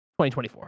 2024